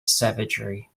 savagery